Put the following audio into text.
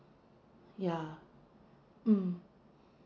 yeah mm